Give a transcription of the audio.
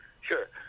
Sure